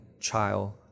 child